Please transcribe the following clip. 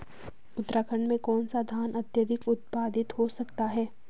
उत्तराखंड में कौन सा धान अत्याधिक उत्पादित हो सकता है?